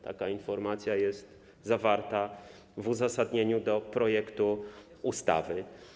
Taka informacja jest zawarta w uzasadnieniu projektu ustawy.